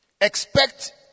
expect